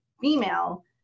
female